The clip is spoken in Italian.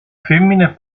femmine